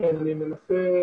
אני חושב,